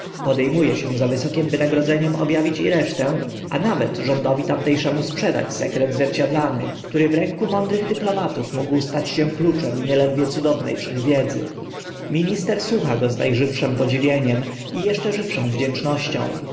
e się za wysokim wynagrodzeniem ob awić i resztę a nawet rządowi tamte szemu sprzedać sekret zwierciadlany który w ręku mądrych dyplomatów mógł stać się kluczem nieledwie cudowne wszechwiedzy minister słucha go z na żywszym podziwieniem i eszcze żywszą wdzięcznością